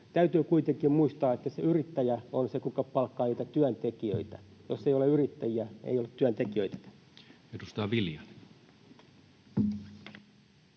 Täytyy kuitenkin muistaa, että se yrittäjä on se, kuka palkkaa niitä työntekijöitä — jos ei ole yrittäjiä, ei ole työntekijöitä. [Speech 59]